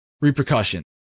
repercussions